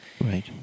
Right